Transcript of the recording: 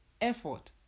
effort